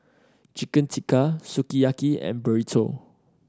Chicken Tikka Sukiyaki and Burrito